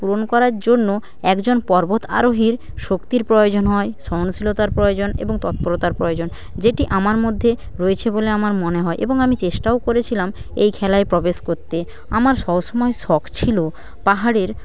পূরণ করার জন্য একজন পর্বত আরোহীর শক্তির প্রয়োজন হয় সহনশীলতার প্রয়োজন এবং তৎপরতার প্রয়োজন যেটি আমার মধ্যে রয়েছে বলে আমার মনে হয় এবং আমি চেষ্টাও করেছিলাম এই খেলায় প্রবেশ করতে আমার সবসময়ে শখ ছিলো পাহাড়ের